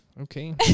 okay